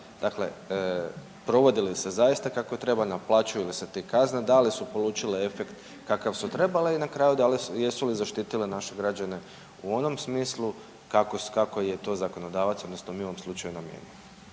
Dakle, provodi li se zaista kako treba, naplaćuju li se te kazne, da li su polučile efekt kakav su trebale i na kraju da li su, jesu li zaštitile naše građane u onom smislu kako je to zakonodavac odnosno mi u ovom slučaju namijenili.